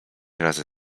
razy